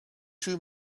two